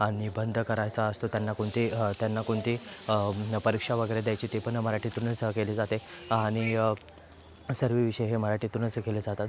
निबंध करायचा असतो त्यांना कोणते त्यांना कोणते परीक्षा वगैरे द्यायची ते पण मराठीतूनच केली जाते आणि सर्व विषय हे मराठीतूनच हे केले जातात